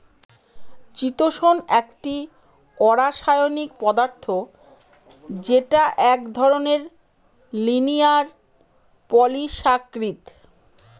চিতোষণ একটি অরাষায়নিক পদার্থ যেটা এক ধরনের লিনিয়ার পলিসাকরীদ